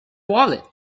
wallet